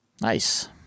Nice